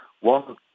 One